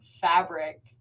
fabric